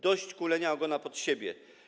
Dość kulenia ogona pod siebie.